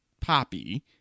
Poppy